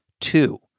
two